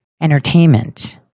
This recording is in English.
Entertainment